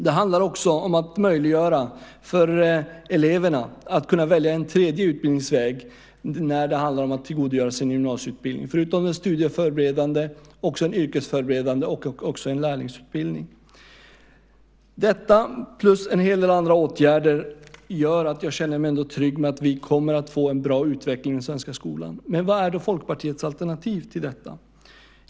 Det handlar också om att möjliggöra för eleverna att välja en tredje utbildningsväg när det gäller att tillgodogöra sig sin gymnasieutbildning, förutom studieförberedande också en yrkesförberedande utbildning och en lärlingsutbildning. Detta plus en hel del andra åtgärder gör att jag känner mig trygg med att vi kommer att få en bra utveckling i den svenska skolan. Men vad är Folkpartiets alternativ till detta?